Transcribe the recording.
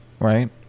Right